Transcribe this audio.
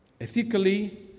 Ethically